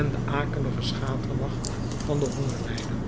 en den akeligen schaterlach van den hongerlijder